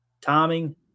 Timing